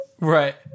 Right